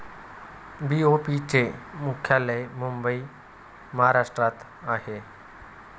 BOB चे मुख्यालय मुंबई महाराष्ट्रात आहे